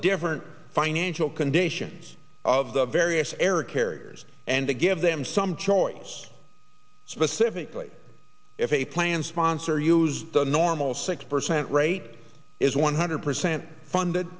different financial conditions of the various air carriers and to give them some choice specifically if a plan sponsor used the normal six percent rate is one hundred percent funded